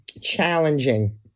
challenging